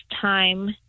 time